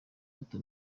hato